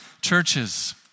churches